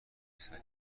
پسریم